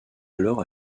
alors